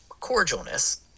cordialness